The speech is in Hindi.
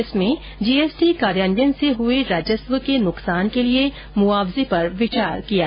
इसमें जीएसटी कार्यान्वयन से हुए राजस्व के नुकसान के लिए मुआवजे पर विचार किया जाएगा